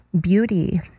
Beauty